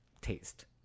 taste